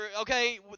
okay